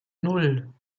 nan